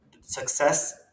success